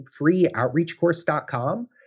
freeoutreachcourse.com